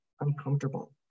uncomfortable